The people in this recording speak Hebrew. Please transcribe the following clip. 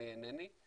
אני אינני,